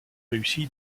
réussi